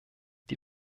die